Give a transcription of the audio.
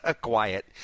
quiet